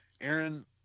Aaron